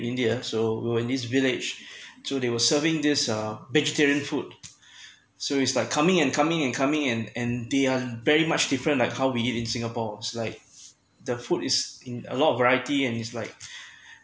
india so were in this village so they were serving this uh vegetarian food so it's like coming and coming and coming and and they are very much different like how we eat in singapore it's like the food is in a lot variety and it's like